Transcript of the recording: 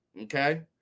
Okay